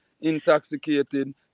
intoxicated